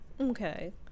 Okay